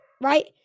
right